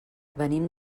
venim